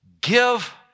give